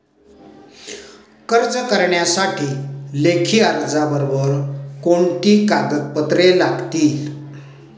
कर्ज करण्यासाठी लेखी अर्जाबरोबर कोणती कागदपत्रे लागतील?